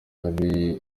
hari